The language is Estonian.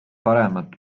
paremat